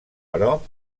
però